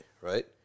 right